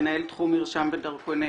מנהל תחום מרשם ודרכונים.